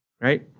right